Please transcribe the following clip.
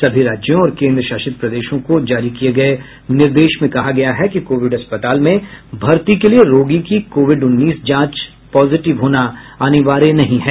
सभी राज्यों और केन्द्र शासित प्रदेशों को जारी किए गए निर्देशों में कहा गया है कि कोविड अस्पाताल में भर्ती के लिए रोगी की कोविड उन्नीस जांच पॉजिटिव होना अनिवार्य नहीं है